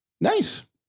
Nice